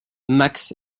max